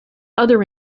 other